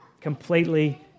completely